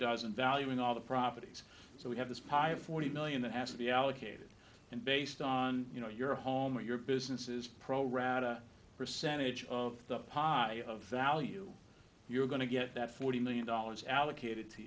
doesn't valuing all the properties so we have this pile of forty million that has to be allocated and based on you know your home or your business is pro rata percentage of the pie of value you're going to get that forty million dollars allocated to